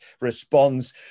responds